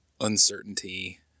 uncertainty